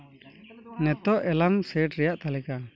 ᱱᱤᱛᱚᱜ alarm set ᱨᱮᱭᱟᱜ ᱛᱟᱹᱞᱤᱠᱟ